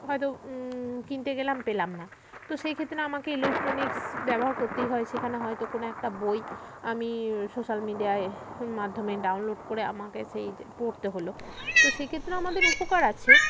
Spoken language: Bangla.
হয়তো কিনতে গেলাম পেলাম না তো সেইক্ষেত্রে আমাকে ইলেকট্রনিক্স ব্যবহার করতেই হয় সেখানে হয়তো কোনো একটা বই আমি সোশ্যাল মিডিয়ায় মাধ্যমে ডাউনলোড করে আমাকে সেই পড়তে হলো তো সেক্ষেত্রে আমাদের উপকার আছে